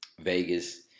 Vegas